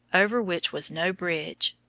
over which was no bridge.